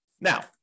Now